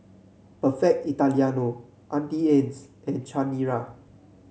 Perfect Italiano Auntie Anne's and Chanira